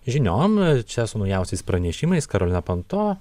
žiniom čia su naujausiais pranešimais karolina panto